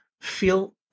feel